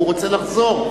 והוא רוצה לחזור.